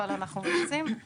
אבל אנחנו מתייחסים,